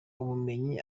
ubumenyi